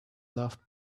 laughed